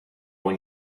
one